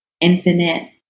infinite